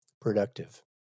productive